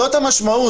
זאת המשמעות.